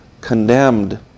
condemned